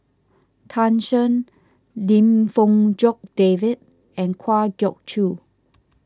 Tan Shen Lim Fong Jock David and Kwa Geok Choo